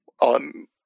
on